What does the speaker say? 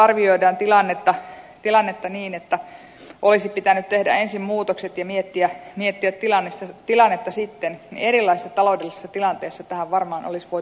jos arvioidaan tilannetta niin että olisi pitänyt tehdä ensin muutokset ja miettiä tilannetta sitten niin erilaisessa taloudellisessa tilanteessa tähän varmaan olisi voitu päätyä